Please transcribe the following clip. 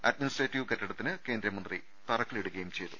administrative കെട്ടിടത്തിന് കേന്ദ്രമന്ത്രി തറക്കല്ലിടു കയും ചെയ്തു